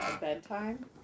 bedtime